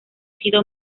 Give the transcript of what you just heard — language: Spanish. sido